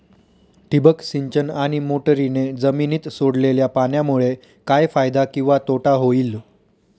ठिबक सिंचन आणि मोटरीने जमिनीत सोडलेल्या पाण्यामुळे काय फायदा किंवा तोटा होईल?